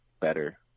better